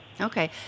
Okay